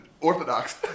orthodox